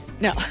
No